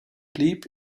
blieb